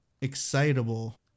excitable